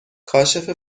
کاشف